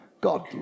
God